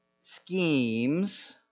schemes